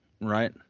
right